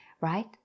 right